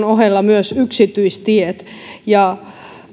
ohella myös yksityistiet